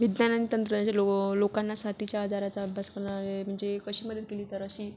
विज्ञान आणि तंत्रजे लोको लोकांना साटीच्या आजाराचा अभ्यास करणारे जे एक अशी मदत केली तर अशी